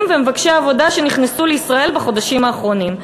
ומבקשי העבודה שנכנסו לישראל בחודשים האחרונים.